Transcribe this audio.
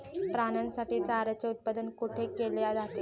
प्राण्यांसाठी चाऱ्याचे उत्पादन कुठे केले जाते?